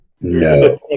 No